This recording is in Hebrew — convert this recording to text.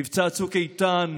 מבצע צוק איתן,